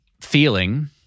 feeling